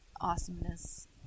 awesomeness